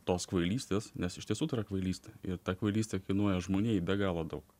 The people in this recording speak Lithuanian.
tos kvailystės nes iš tiesų tai yra kvailystė ir ta kvailystė kainuoja žmonijai be galo daug